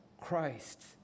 Christ